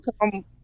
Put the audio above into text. come